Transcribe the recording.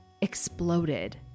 exploded